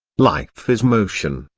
life is motion,